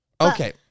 okay